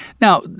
Now